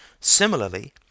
Similarly